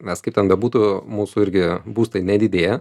mes kaip ten bebūtų mūsų irgi būstai nedidėja